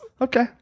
Okay